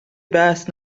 بحث